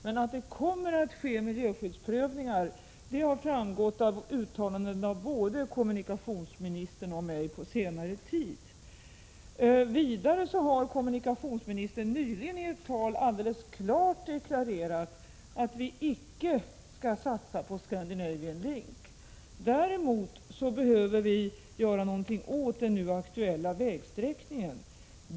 Men att det kommer att ske miljöskyddsprövningar har framgått av uttalanden som både kommunikationsministern och jag själv gjort på senare tid. Vidare har kommunikationsministern i ett tal nyligen alldeles klart deklarerat att vi icke skall satsa på Scandinavian Link. Däremot behöver vi göra någonting åt den nu aktuella vägsträckningen.